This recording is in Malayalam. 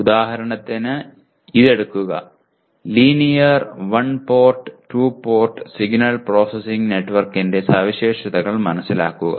ഉദാഹരണത്തിന് ഇത് എടുക്കുക linear one port two port signal processing നെറ്റ്വർക്കിന്റെ സവിശേഷതകൾ മനസ്സിലാക്കുക